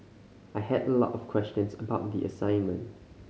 I had a lot of questions about the assignment